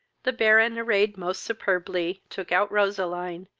the baron, arrayed most superbly, took out roseline,